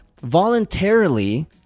voluntarily